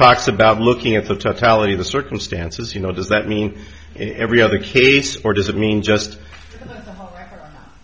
talks about looking at the totality of the circumstances you know does that mean in every other case or does it mean just